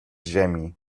ziemi